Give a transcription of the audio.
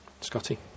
Scotty